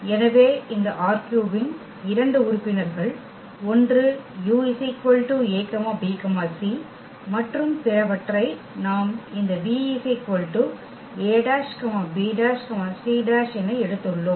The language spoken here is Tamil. எனவே இந்த ℝ3 இன் 2 உறுப்பினர்கள் ஒன்று u a b c மற்றும் பிறவற்றை நாம் இந்த v a′ b′ c′ என எடுத்துள்ளோம்